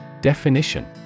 Definition